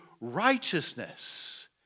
righteousness